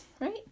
right